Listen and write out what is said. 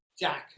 Jack